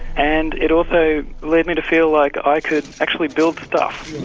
and it also led me to feel like i could actually build stuff.